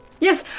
Yes